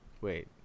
wait